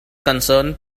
concerned